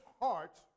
heart